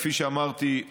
כפי שאמרתי,